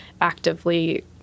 actively